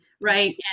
right